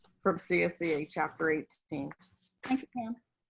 from csea chapter eighteen. thank thank you pam.